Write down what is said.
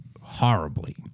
horribly